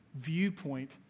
viewpoint